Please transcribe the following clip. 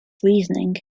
reasoning